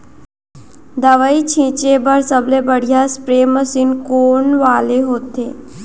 दवई छिंचे बर सबले बढ़िया स्प्रे मशीन कोन वाले होथे?